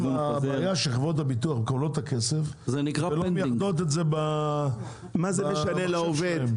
יש בעיה שחברות הביטוח מקבלות את הכסף ולא מייחדות את זה במחשב שלהן.